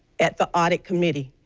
at the audit committee,